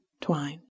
twine